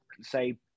say